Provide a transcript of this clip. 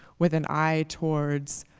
with an eye towards